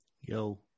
Yo